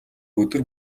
өдөр